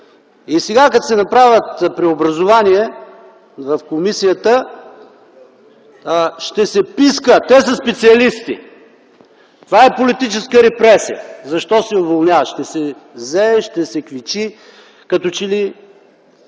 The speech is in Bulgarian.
И сега като се направят преобразования в комисията, ще се писка: „Те са специалисти. Това е политическа репресия, защо се уволняват?” Ще се зее, ще се квичи, като че ли...